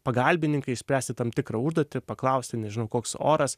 pagalbininkai išspręsti tam tikrą užduotį paklausti nežinau koks oras